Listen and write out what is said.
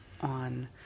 on